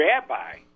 rabbi